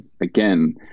again